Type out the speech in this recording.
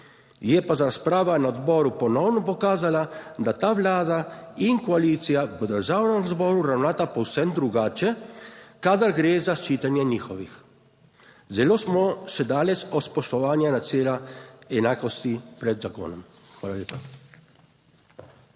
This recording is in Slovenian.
Je pa razprava na odboru ponovno pokazala, da ta Vlada in koalicija v Državnem zboru ravnata povsem drugače, kadar gre za ščitenje njihovih. Zelo smo še daleč od spoštovanja načela enakosti pred zakonom. Hvala lepa.